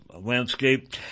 landscape